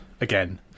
again